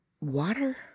water